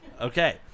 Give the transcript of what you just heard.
Okay